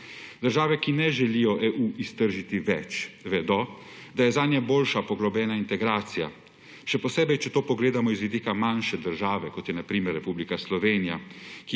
Države, ki ne želijo EU iztržiti več, vedo, da je zanje boljša poglobljena integracija, še posebej, če to pogledamo z vidika manjše države, kot je na primer Republika Slovenija,